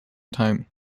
time